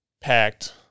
packed